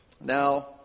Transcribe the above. Now